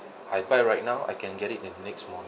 I buy right now I can get it in next morning